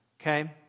okay